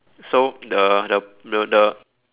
so the the the the